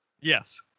Yes